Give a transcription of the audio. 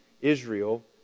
Israel